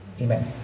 Amen